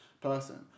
person